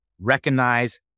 Recognize